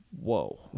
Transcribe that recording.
Whoa